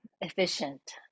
efficient